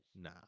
Nah